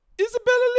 Isabella